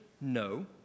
no